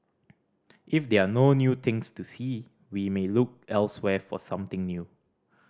if there are no new things to see we may look elsewhere for something new